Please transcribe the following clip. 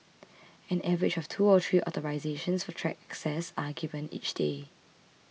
an average of two or three authorisations for track access are given each day